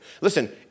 Listen